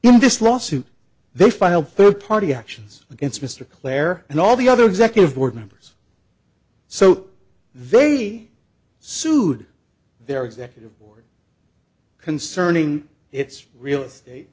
in this lawsuit they filed third party actions against mr clair and all the other executive board members so they sued their executive board concerning its real estate